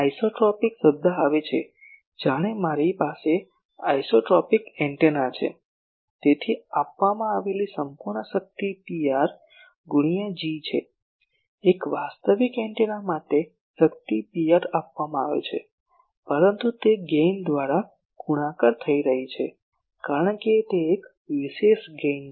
isotropic શબ્દ આવે છે જાણે મારી પાસે આઇસોટ્રોપિક એન્ટેના છે તેથી આપવામાં આવેલી સંપૂર્ણ શક્તિ Pr ગુણ્યા G છે એક વાસ્તવિક એન્ટેના માટે શક્તિ Pr આપવામાં આવે છે પરંતુ તે ગેઇન દ્વારા ગુણાકાર થઈ રહી છે કારણ કે તે એક વિશેષ ગેઇન છે